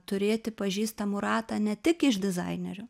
turėti pažįstamų ratą ne tik iš dizainerių